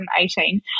2018